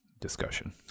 discussion